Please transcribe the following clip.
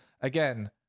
again